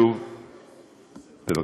בבקשה.